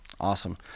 Awesome